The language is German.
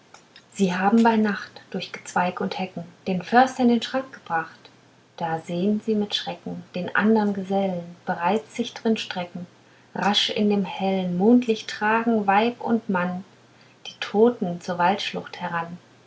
sie haben bei nacht durch gezweig und hecken den förster in den schrank gebracht da sehn sie mit schrecken den andern gesellen bereits sich drin strecken rasch in dem hellen mondlicht tragen weib und mann die toten zur waldschlucht heran